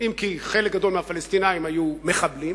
אם כי חלק גדול מהפלסטינים היו מחבלים.